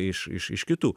iš iš iš kitų